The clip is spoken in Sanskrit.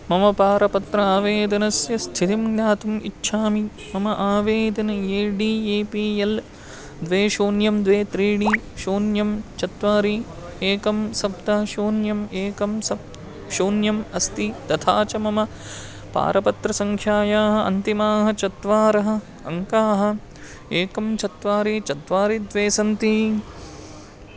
मम पारपत्र आवेदनस्य स्थितिं ज्ञातुम् इच्छामि मम आवेदनम् A D A P L द्वे शून्यं द्वे त्रीणि शून्यं चत्वारि एकं सप्त शून्यम् एकं सप्त शून्यम् अस्ति तथा च मम पारपत्रसङ्ख्यायाः अन्तिमाः चत्वारः अङ्काः एकं चत्वारि चत्वारि द्वे सन्ति